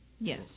Yes